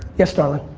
yes darling.